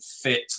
fit